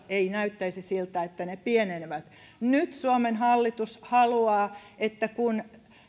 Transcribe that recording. ei näyttäisi siltä että ne pienenevät nyt suomen hallitus haluaa että kun